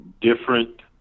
different